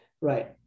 Right